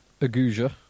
Aguja